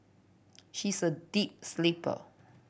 she is a deep sleeper